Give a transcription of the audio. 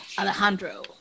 Alejandro